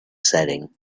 setting